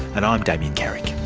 and i'm damien carrick